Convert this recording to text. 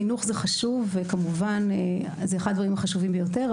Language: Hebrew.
חינוך זה חשוב וכמובן זה אחד הדברים החשובים ביותר,